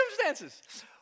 circumstances